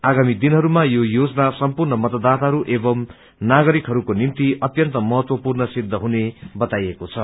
आगामी दिनहरूमा यो योजना समपूर्ण मतदााताहरू एवम् नागरिकहरूको निम्ति अत्यन्त महत्वपूर्ण सिद्ध हुने बताइको छ